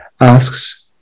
asks